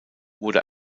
wurde